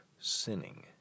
sinning